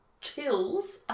chills